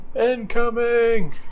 Incoming